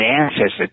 ancestors